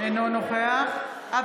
תגיד לי?